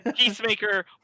peacemaker